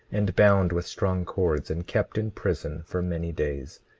and bound with strong cords, and kept in prison for many days,